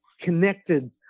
connected